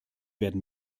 werden